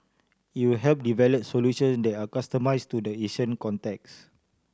it will help develop solution that are customised to the Asian context